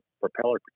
propeller